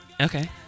Okay